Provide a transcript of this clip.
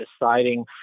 deciding